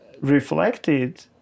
reflected